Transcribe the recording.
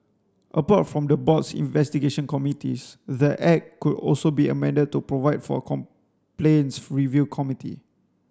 apart from the board's investigation committees the act could also be amended to provide for a complaints review committee